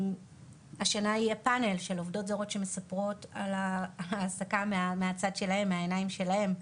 השנה יהיה פאנל של עובדות זרות שמספרות על ההעסקה שלהן מהעיניים שלהן.